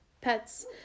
pets